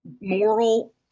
moral